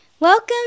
welcome